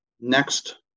next